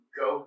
go